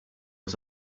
was